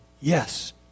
Yes